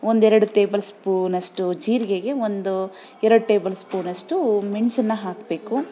ಒಂದೆರಡು ಟೇಬಲ್ ಸ್ಪೂನಷ್ಟು ಜೀರಿಗೆಗೆ ಒಂದು ಎರಡು ಟೇಬಲ್ ಸ್ಪೂನಷ್ಟು ಮೆಣಸನ್ನ ಹಾಕಬೇಕು